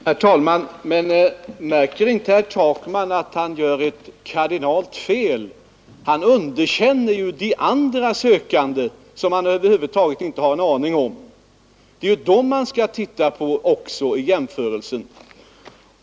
Herr talman! Märker inte herr Takman att han gör ett kardinalfel? Han underkänner ju de andra sökande, som han över huvud taget inte vet någonting om. Det är ju dem han skall titta på också i jämförelsen.